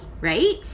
right